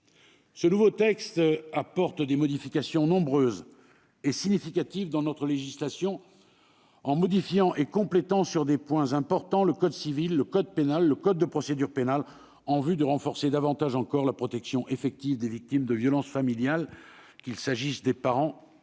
Ce nouveau texte apporte des modifications nombreuses et significatives à notre législation et complète sur des points importants le code civil, le code pénal et le code de procédure pénale en vue de renforcer davantage encore la protection effective des victimes de violences familiales, qu'il s'agisse des parents ou des